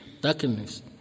darkness